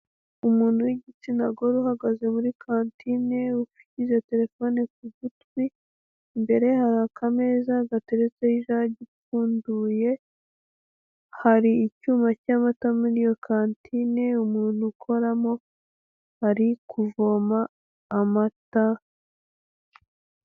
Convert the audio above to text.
Umuntu w'igitsina gore uhagaze muri kantine ushyize terefone ku gutwi, imbere ye hari akameza gateretseho ijage ipfunduye, hari icyuma cy'amata muri iyo kantine umuntu ukoramo ari kuvoma amata.